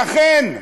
ואכן,